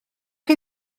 chi